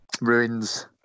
ruins